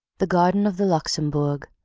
the garden of the luxembourg,